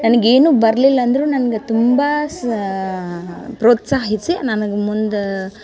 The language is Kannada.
ನನ್ಗ ಏನು ಬರಲಿಲ್ಲ ಅಂದ್ರು ನನ್ಗ ತುಂಬಾ ಸ ಪ್ರೋತ್ಸಾಹಿಸಿ ನನ್ಗ ಮುಂದೆ